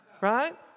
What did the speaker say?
Right